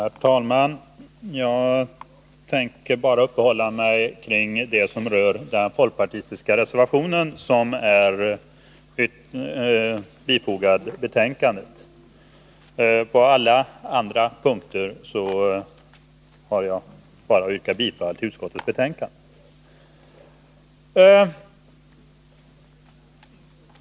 Herr talman! Jag tänker bara uppehålla mig vid den folkpartistiska reservation som är bifogad betänkandet. På alla andra punkter har jag bara att yrka bifall till utskottets hemställan.